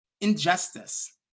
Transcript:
Injustice